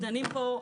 את יודעת מה?